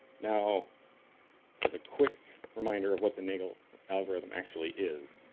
now as a quick reminder of what the nagle algorithm actually is,